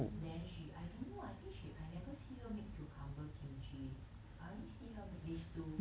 then she I don't know I think she I never see her make cucumber kimchi I only see her make these two